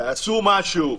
תעשו משהו.